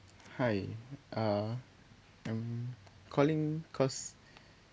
hi uh I'm calling because